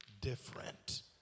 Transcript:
different